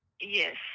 Yes